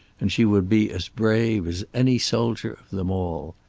and she would be as brave as any soldier of them all.